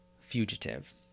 Fugitive